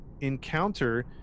encounter